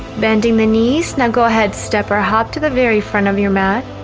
bending the knees now go ahead step our hop to the very front of your mat,